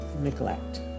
neglect